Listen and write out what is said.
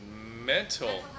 mental